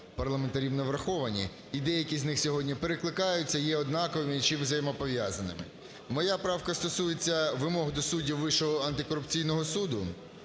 парламентарів не враховані і деякі з них сьогодні перекликаються, є однакові чи взаємопов'язаними. Моя правка стосується вимог до суддів Вищого антикорупційного суду.